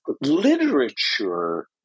literature